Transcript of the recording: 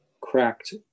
cracked